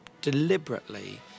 deliberately